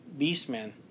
Beastman